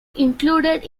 included